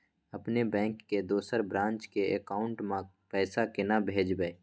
अपने बैंक के दोसर ब्रांच के अकाउंट म पैसा केना भेजबै?